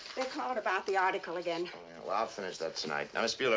they called about the article again. well, i'll finish that tonight. now, miss bueler,